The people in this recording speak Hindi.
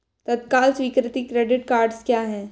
तत्काल स्वीकृति क्रेडिट कार्डस क्या हैं?